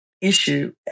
issue